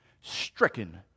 stricken